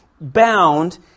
bound